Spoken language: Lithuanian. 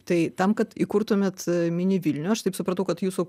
tai tam kad įkurtumėt mini vilnių aš taip supratau kad jūsų